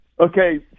Okay